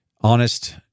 honest